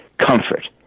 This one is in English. comfort